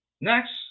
Next